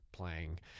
playing